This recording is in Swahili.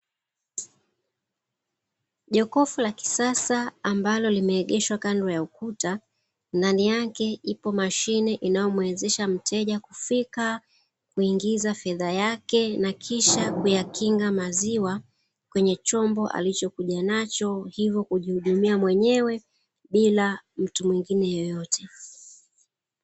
Jokofu la kisasa ambalo limeegeshwa kando ya ukuta ndani yake ipo mashine inayomuwezesha mteja kufika kuingiza fedha yake na kisha kuyakinga maziwa kwenye chombo, alichokuja nacho hivyo kujihudumia mwenyewe bila ya mtu mwingine yeyote.